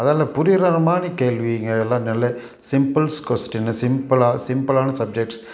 அதால் புரிகிற மாதிரி கேள்விங்க அதெல்லாம் நல்ல சிம்புள்ஸ் கொஸ்ட்டின்னு சிம்பிளா சிம்பிளான சப்ஜெக்ட்ஸ்